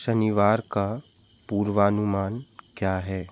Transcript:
शनिवार का पूर्वानुमान क्या है